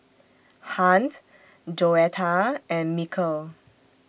Hunt Joetta and Mikel